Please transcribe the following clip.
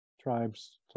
tribes